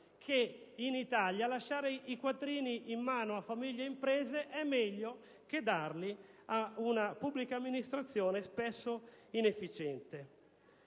che, in Italia, lasciare i quattrini in mano a famiglie ed imprese è meglio che darli ad una pubblica amministrazione spesso inefficiente.